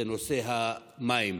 זה נושא המים.